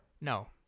No